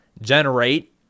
generate